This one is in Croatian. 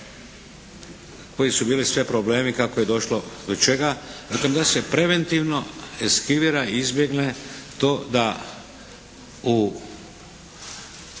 koji su bili sve problemi kako je došlo do čega. Dakle da se preventivno eskivira i izbjegne to da u